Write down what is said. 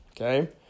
Okay